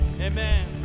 Amen